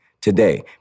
today